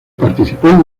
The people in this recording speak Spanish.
participó